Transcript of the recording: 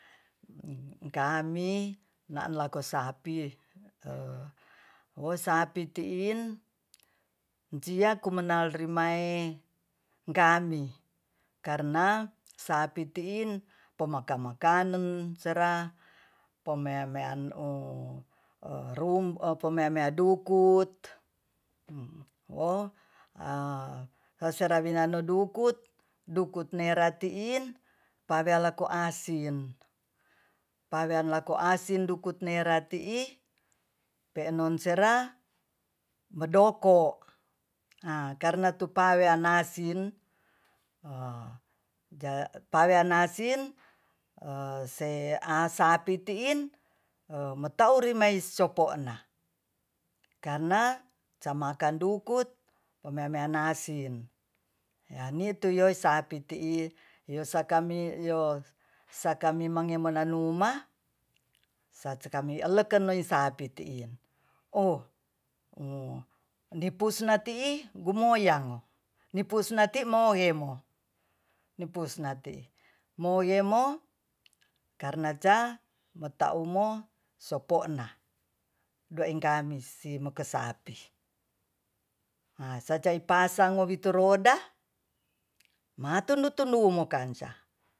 Kami na'an loaki sapi wo sapi tiin jia komunal rimae gami karna sapi tiin pa makan-makanan sera pe meya-meya dukut wo a seraminano dukut dukut nera tiin paweanla koasin - pe'non sera modoko a karna tu pawean nasin pawean nasin se a sapi tiin moauri karna jamakan dukut pemean-mean nasin hani tuyoy sapi tiin yosakami yosakami mangemo manuma sakami elokey sapi tiin oh ni pusna tiin gumoyang ni pusnati moyemo ni pusnati moyemo karnaca motaumo sopo'na doeng kami si moke sapi ha sacaipasang mowi turoda matundu-tundumo kanca